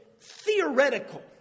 theoretical